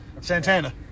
Santana